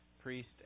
priest